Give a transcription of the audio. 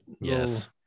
Yes